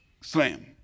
Slam